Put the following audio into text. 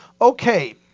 okay